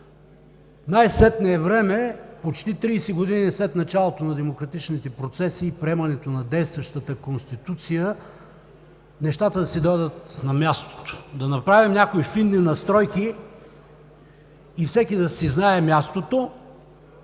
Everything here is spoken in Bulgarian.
Най-сетне е време, почти 30 години след началото на демократичните процеси и приемането на действащата Конституция, нещата да си дойдат на мястото. Да направим някои фини настройки и всеки да си знае мястото,